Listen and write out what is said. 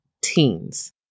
teens